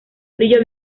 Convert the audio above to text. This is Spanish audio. brillo